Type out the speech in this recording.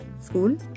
school